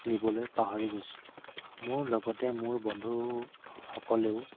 নিবলৈ পাহৰি গৈছিলোঁ মোৰ লগতে মোৰ বন্ধুসকলেও